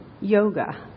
yoga